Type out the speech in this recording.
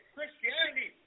Christianity